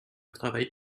travail